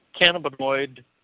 cannabinoid